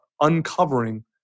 uncovering